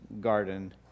garden